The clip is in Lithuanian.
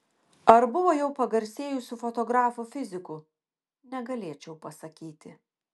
ar buvo jau pagarsėjusių fotografų fizikų negalėčiau pasakyti